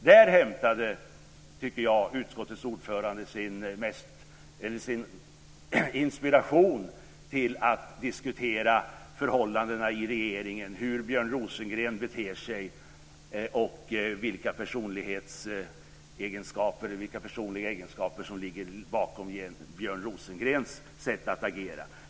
Där hämtade, tycker jag, utskottets ordförande sin inspiration till att diskutera förhållandena i regeringen, hur Björn Rosengren beter sig och vilka personliga egenskaper som ligger bakom Björn Rosengrens sätt att agera.